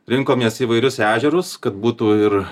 rinkomės įvairius ežerus kad būtų ir